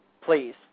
Please